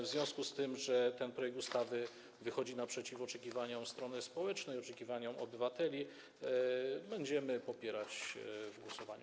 W związku z tym, że ten projekt ustawy wychodzi naprzeciw oczekiwaniom strony społecznej, oczekiwaniom obywateli, będziemy go popierać w głosowaniu.